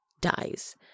dies